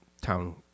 town